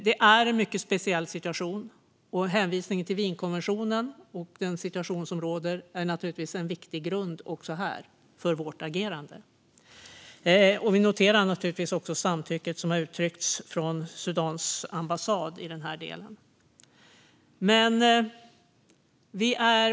Det är en mycket speciell situation, och hänvisningen till Wienkonventionen och den situation som råder är en viktig grund för vårt agerande även här. Vi noterar naturligtvis också samtycket som uttryckts från Sudans ambassad i den här delen.